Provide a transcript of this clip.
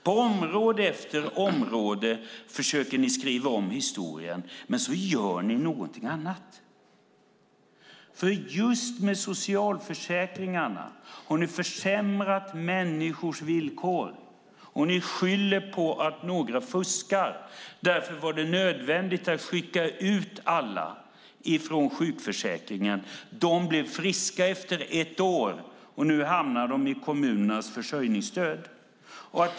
På område efter område försöker ni skriva om historien, och sedan gör ni något annat. Just med socialförsäkringarna har ni försämrat människors villkor. Ni skyller på att några fuskar. Därför var det nödvändigt att skicka ut alla från sjukförsäkringen. De blev friska efter ett år. Nu hamnar de i kommunernas försörjningsstöd.